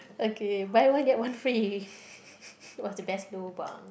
okay buy one get one free what's the best lobang